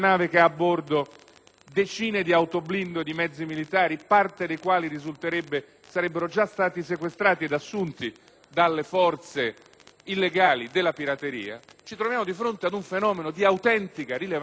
decine di autoblindo e di mezzi militari, parte dei quali sarebbero già stati sequestrati e assunti dalle forze illegali della pirateria), ci pone di fronte ad un fenomeno di autentica rilevanza e di estrema gravità